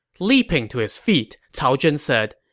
leaping to his feet, cao zhen said,